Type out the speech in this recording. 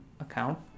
account